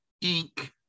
ink